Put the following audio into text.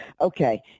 Okay